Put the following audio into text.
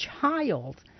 child